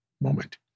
moment